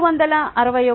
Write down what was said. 75 761